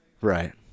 Right